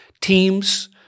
teams